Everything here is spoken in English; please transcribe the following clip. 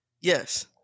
Yes